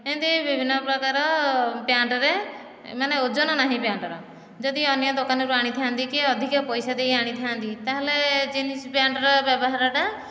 ଏମିତି ବିଭିନ୍ନ ପ୍ରକାରର ପ୍ୟାଣ୍ଟରେ ମାନେ ଓଜନ ନାହିଁ ପ୍ୟାଣ୍ଟର ଯଦି ଅନ୍ୟ ଦୋକାନରୁ ଆଣିଥାନ୍ତି କି ଅଧିକ ପଇସା ଦେଇ ଆଣିଥାନ୍ତି ତାହେଲେ ଜିନ୍ସ ପ୍ୟାଣ୍ଟର ବ୍ୟବହାରଟା